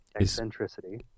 eccentricity